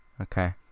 Okay